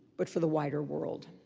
but for the wider world.